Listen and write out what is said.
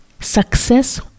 Success